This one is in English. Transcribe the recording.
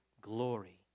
glory